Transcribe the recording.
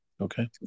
Okay